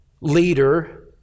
leader